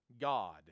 God